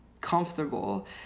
comfortable